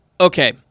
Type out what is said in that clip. Okay